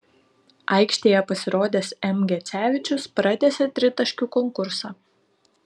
aikštėje pasirodęs m gecevičius pratęsė tritaškių konkursą